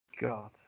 God